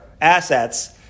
assets